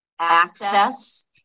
Access